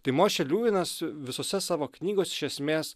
tai mošė liuvinas visose savo knygos iš esmės